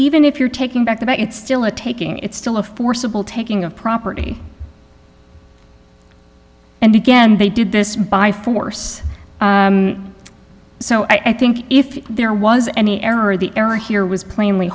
even if you're taking back the back it's still a taking it's still a forcible taking of property and again they did this by force so i think if there was any error or the error here was plainly